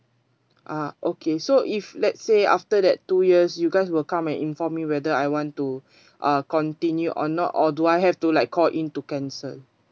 ah okay so if let's say after that two years you guys will come and inform me whether I want to uh continue or not or do I have to like call in to cancel